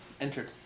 Entered